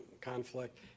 conflict